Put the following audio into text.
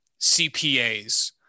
CPAs